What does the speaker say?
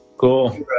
Cool